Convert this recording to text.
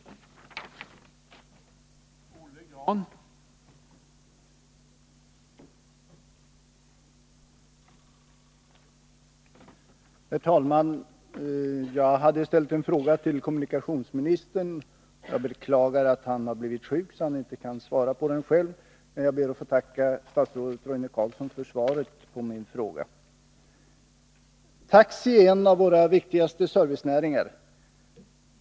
och Vimmerby